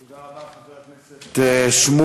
תודה רבה, חבר הכנסת שמולי.